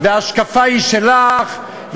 וההשקפה היא שלך,